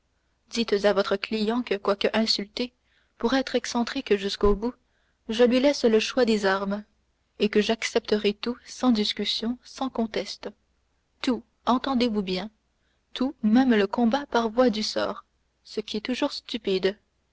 dites à votre client que quoique insulté pour être excentrique jusqu'au bout je lui laisse le choix des armes et que j'accepterai tout sans discussion sans conteste tout entendez-vous bien tout même le combat par voie du sort ce qui est toujours stupide